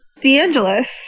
DeAngelis